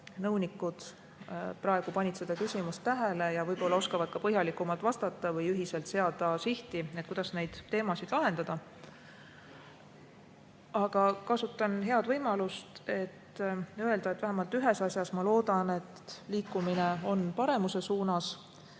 nõunikud praegu panid seda küsimust tähele ja võib-olla oskavad ka põhjalikumalt vastata või ühiselt seada sihti, kuidas neid teemasid lahendada. Kasutan võimalust, et öelda, et vähemalt ühes asjas, ma loodan, on liikumine paremuse suunas.